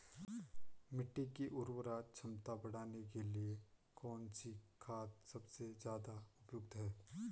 मिट्टी की उर्वरा क्षमता बढ़ाने के लिए कौन सी खाद सबसे ज़्यादा उपयुक्त है?